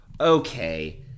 Okay